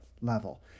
level